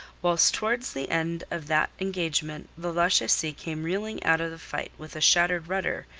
whilst' towards the end of that engagement the lachesis came reeling out of the fight with a shattered rudder,